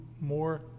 more